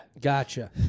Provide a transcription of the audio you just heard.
Gotcha